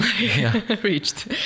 reached